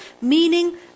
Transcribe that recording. meaning